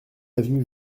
avenue